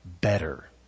better